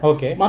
Okay